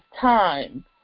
time